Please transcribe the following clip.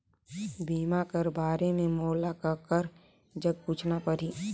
बीमा कर बारे मे मोला ककर जग पूछना परही?